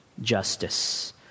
justice